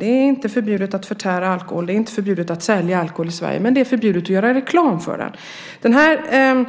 Det är inte förbjudet att förtära alkohol, det är inte förbjudet att sälja alkohol i Sverige, men det är förbjudet att göra reklam för den. Den